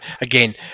again